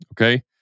Okay